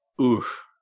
Oof